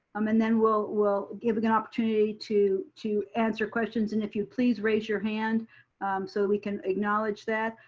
um and then we'll we'll give you an opportunity to to answer questions. and if you please raise your hand so that we can acknowledge that.